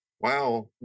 wow